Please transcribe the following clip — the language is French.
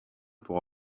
pour